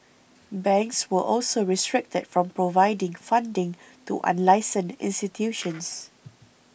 banks were also restricted from providing funding to unlicensed institutions